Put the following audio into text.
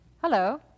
Hello